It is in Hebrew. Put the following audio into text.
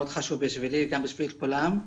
מאוד חשוב בשבילי וגם בשביל כולם.